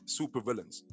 supervillains